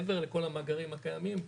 מעבר לכל המאגרים הקיימים,